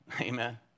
amen